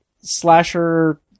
slasher